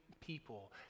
people